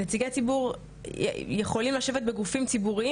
נציגי ציבור יכולים לשבת בגופים ציבוריים